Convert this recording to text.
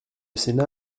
sénat